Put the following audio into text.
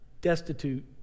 destitute